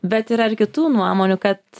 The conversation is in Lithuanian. bet yra ir kitų nuomonių kad